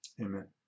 Amen